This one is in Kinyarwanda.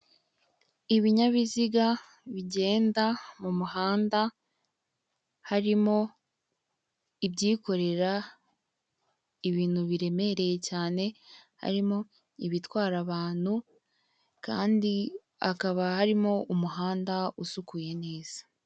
Ibinyabiziga bigenda mu muhanda, harimo ibyikorera ibintu biremereye cyane, harimo ibitwara abantu, kandi hakaba harimo umuhanda usukuye neza.